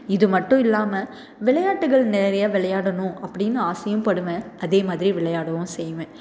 இது மட்டுயில்லாமல் விளையாட்டுகள் நிறைய விளையாடனும் அப்படினு ஆசையும் படுவேன் அதே மாதிரி விளையாடவும் செய்வேன்